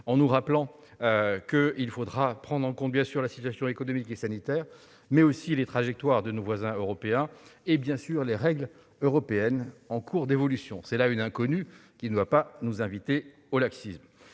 en nous rappelant qu'il faudra prendre en compte la situation économique et sanitaire, mais aussi les trajectoires de nos partenaires européens et les règles européennes en cours d'évolution- c'est là une inconnue qui ne nous invitera pas au laxisme.